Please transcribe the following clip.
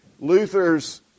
Luther's